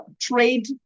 trade